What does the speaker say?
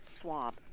swab